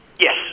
Yes